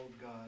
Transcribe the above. God